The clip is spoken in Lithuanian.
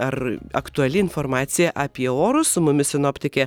ar aktuali informacija apie orus su mumis sinoptikė